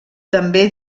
també